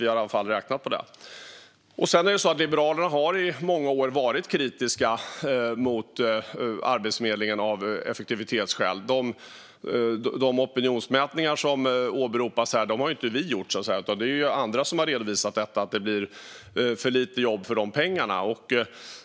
Vi har i alla fall räknat på det. Liberalerna har i många år varit kritiska mot Arbetsförmedlingen av effektivitetsskäl. De opinionsmätningar som åberopas här har ju inte vi gjort, utan det är andra som har redovisat att det blir för lite jobb för pengarna.